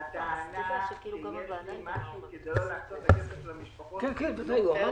הטענה שיש לי משהו כדי לא להקצות את הכסף למשפחות היא מאוד מאוד מקוממת,